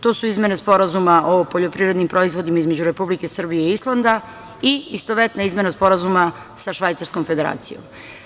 To su izmene Sporazuma o poljoprivrednim proizvodima između Republike Srbije i Islanda, i istovetna izmena Sporazuma sa Švajcarskom Federacijom.